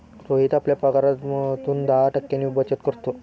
रोहित आपल्या पगारातून दहा टक्क्यांची बचत करतो